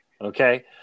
okay